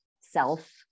self